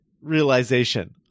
realization